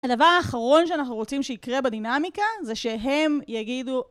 הדבר האחרון שאנחנו רוצים שיקרה בדינמיקה זה שהם יגידו